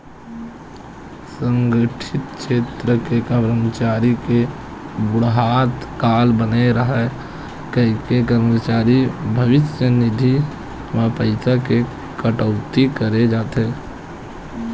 असंगठित छेत्र के करमचारी के बुड़हत काल बने राहय कहिके करमचारी भविस्य निधि म पइसा के कटउती करे जाथे